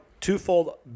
Twofold